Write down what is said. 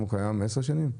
10 שנים?